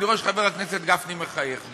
אני רואה שחבר הכנסת גפני מחייך.